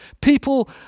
people